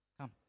Come